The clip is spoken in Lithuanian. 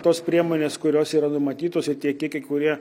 tos priemonės kurios yra numatytos ir tie kiekiai kurie